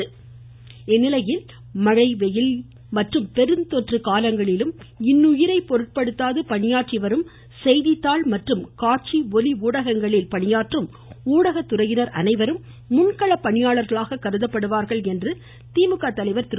ஸ்டாலின் முன்கள பணியாளர்கள் இதனிடையே மழை வெயில் மற்றும் பெருந்தொற்று காலங்களிலும் இன்னுயிரை பொருட்படுத்தாது பணியாற்றி வரும் செய்தித்தாள் மற்றும் காட்சி ஒலி ஊடகங்களில் பணியாற்றும் ஊடகத்துறையினர் அனைவரும் முன்களப்பணியாளர்களாக கருதப்படுவார்கள் என்று திமுக தலைவர் திரு